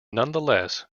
nonetheless